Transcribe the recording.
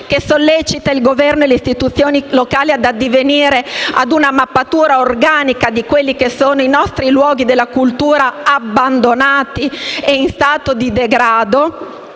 che sollecita il Governo e le istituzioni locali ad addivenire a una mappatura organica dei nostri luoghi della cultura abbandonati e in stato di degrado,